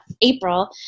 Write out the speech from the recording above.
April